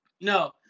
No